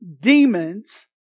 demons